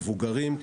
מבוגרים.